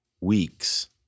weeks